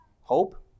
hope